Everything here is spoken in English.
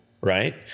right